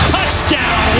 Touchdown